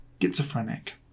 schizophrenic